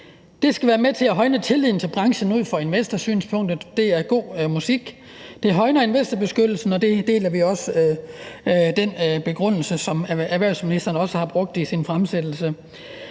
Det skal være med til at højne tilliden til branchen ud fra et investorsynspunkt. Det er god musik. Det højner investorbeskyttelsen, og vi deler også den begrundelse, som erhvervsministeren har brugt i sin fremsættelse.